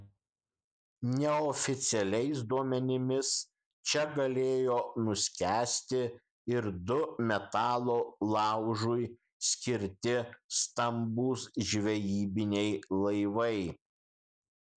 neoficialiais duomenimis čia galėjo nuskęsti ir du metalo laužui skirti stambūs žvejybiniai laivai